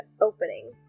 opening